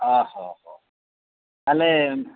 ଓ ହୋ ହୋ ତାହେଲେ